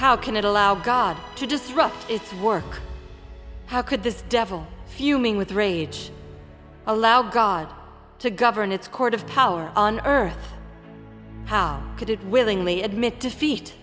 how can it allow god to disrupt its work how could this devil fuming with rage allow god to govern its court of power on earth how could it willingly admit defeat